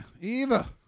Eva